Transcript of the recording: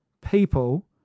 people